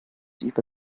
über